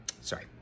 Sorry